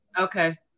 Okay